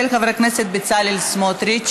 עברה בקריאה טרומית ועוברת,